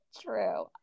True